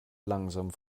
langsam